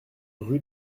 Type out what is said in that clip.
rue